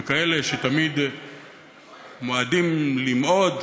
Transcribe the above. וכאלה שתמיד מועדים למעוד,